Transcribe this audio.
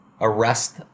arrest